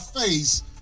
face